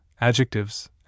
adjectives